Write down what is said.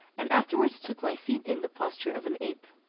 and afterwards took my seat in the posture of an ape.